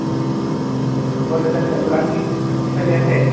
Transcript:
বৰদেউতাৰ দোকান ঠিক ঠিকে চলি আছে